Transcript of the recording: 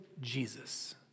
Jesus